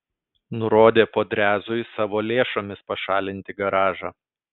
nurodė podrezui savo lėšomis pašalinti garažą